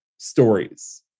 Stories